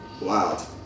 wow